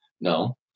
no